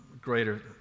greater